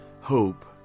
Hope